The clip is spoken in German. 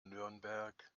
nürnberg